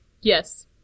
Yes